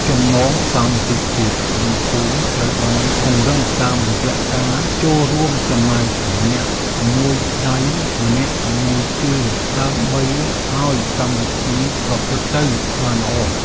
ចំណងសាមគ្គីភាពក្នុងភូមិត្រូវបានពង្រឹងតាមរយៈការចូលរួមចំណែកម្នាក់មួយដៃម្នាក់មួយជើងដើម្បីឱ្យកម្មវិធីប្រព្រឹត្តទៅបានល្អ។